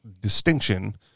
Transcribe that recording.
distinction